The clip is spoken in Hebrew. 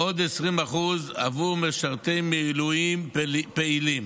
ועוד 20% עבור משרתי מילואים פעילים.